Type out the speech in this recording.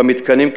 במתקנים,